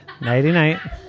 Nighty-night